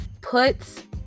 Put